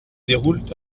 déroulent